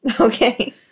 Okay